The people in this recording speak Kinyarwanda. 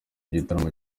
gitaramo